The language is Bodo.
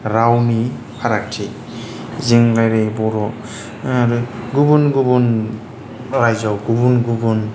रावनि फारागथि जों ओरै बर' आरो गुबुन गुबुन रायजोआव गुबुन गुबुन